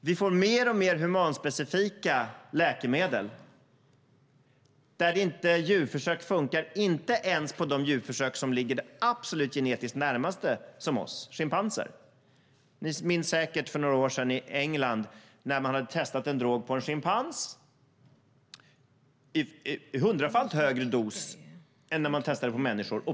Vi får mer och mer humanspecifika läkemedel där försöken inte ens funkar på de djur som ligger absolut genetiskt närmast oss, nämligen schimpansen. Ni minns säkert för några år sedan i England när en drog hade testats på en schimpans i hundrafalt högre dos än den som hade testats på människor.